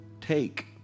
take